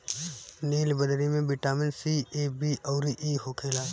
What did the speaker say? नीलबदरी में vitamin C, A, B अउरी इ होखेला